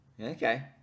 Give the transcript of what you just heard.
Okay